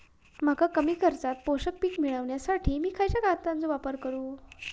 मका कमी खर्चात पोषक पीक मिळण्यासाठी मी खैयच्या खतांचो वापर करू?